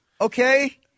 Okay